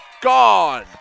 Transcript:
gone